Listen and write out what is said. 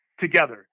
together